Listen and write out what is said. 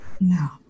No